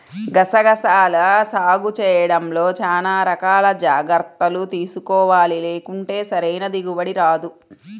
గసగసాల సాగు చేయడంలో చానా రకాల జాగర్తలు తీసుకోవాలి, లేకుంటే సరైన దిగుబడి రాదు